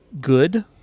good